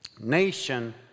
Nation